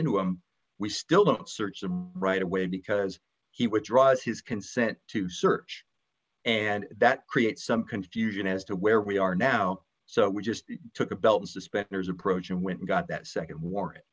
into him we still don't search right away because he withdraws his consent to search and that creates some confusion as to where we are now so we just took a belt and suspenders approach and went and got that nd war